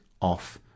off